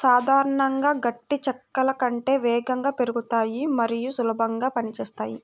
సాధారణంగా గట్టి చెక్కల కంటే వేగంగా పెరుగుతాయి మరియు సులభంగా పని చేస్తాయి